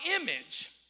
image